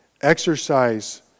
Exercise